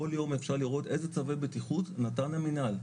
כל יום אפשר לראות איזה צווי בטיחות נתן המנהל,